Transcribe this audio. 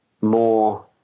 more